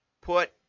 put